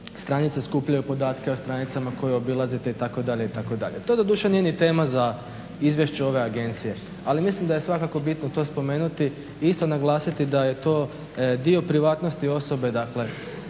stranice skupljaju podatke o stranicama koje obilazite itd. itd. To doduše nije ni tema za izvješće ove agencije, ali mislim da je svakako bitno to spomenuti i isto naglasiti da je to dio privatnosti osobe. Dakle,